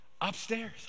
upstairs